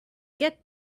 get